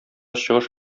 чыгыш